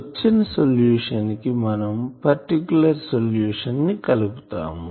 వచ్చిన సొల్యూషన్ కి మనం పర్టికులర్ సొల్యూషన్ నికలుపుతాం